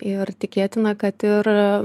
ir tikėtina kad ir